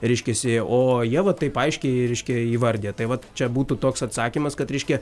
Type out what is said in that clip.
reiškiasi o jie va taip aiškiai reiškia įvardija tai vat čia būtų toks atsakymas kad reiškia